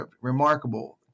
remarkable